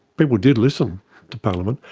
people did listen to parliament.